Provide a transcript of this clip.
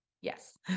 Yes